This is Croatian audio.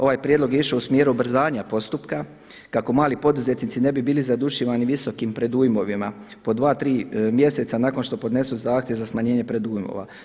Ovaj prijedlog je išao u smjeru ubrzavanja postupka kako mali poduzetnici ne bi bili zadušivani visokim predujmovima po dva, tri mjeseca nakon što podnesu zahtjev za smanjenje predujmova.